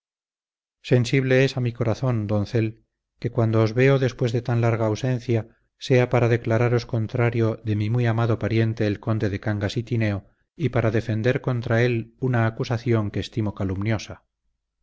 sensible es a mi corazón doncel que cuando os veo después de tan larga ausencia sea para declararos contrario de mi muy amado pariente el conde de cangas y tineo y para defender contra él una acusación que estimo calumniosa